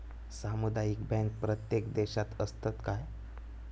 सामुदायिक बँक प्रत्येक देशात असतत काय?